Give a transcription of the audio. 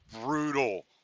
brutal